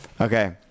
Okay